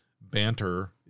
banter